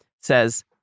says